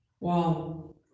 Wow